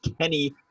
Kenny